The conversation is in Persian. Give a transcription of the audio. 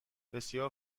بسیار